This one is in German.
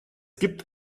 gibt